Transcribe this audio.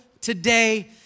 today